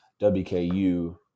WKU